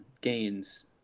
gains